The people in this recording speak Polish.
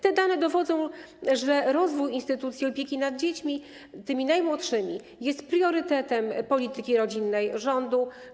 Te dane dowodzą, że rozwój instytucji opieki nad tymi najmłodszymi dziećmi jest priorytetem polityki rodzinnej rządu.